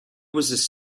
was